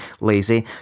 lazy